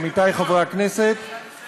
עמיתי חברי הכנסת,